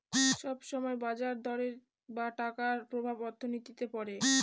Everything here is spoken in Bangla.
সব সময় বাজার দরের বা টাকার প্রভাব অর্থনীতিতে পড়ে